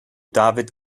david